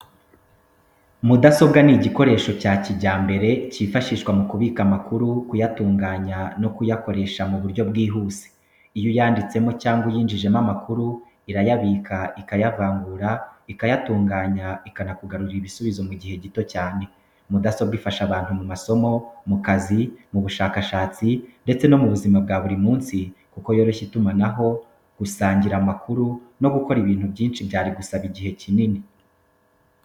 Mudasobwa ni igikoresho cya kijyambere cyifashishwa mu kubika amakuru, kuyatunganya no kuyakoresha mu buryo bwihuse. Iyo uyanditsemo cyangwa uyinjijemo amakuru, irayabika, ikayavangura, ikayatunganya ikanakugarurira ibisubizo mu gihe gito cyane. Mudasobwa ifasha abantu mu masomo, mu kazi, mu bushakashatsi ndetse no mu buzima bwa buri munsi kuko yoroshya itumanaho, gusangira amakuru no gukora ibintu byinshi byari gusaba igihe kinini.